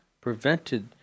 prevented